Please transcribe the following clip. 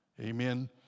Amen